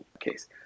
case